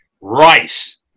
rice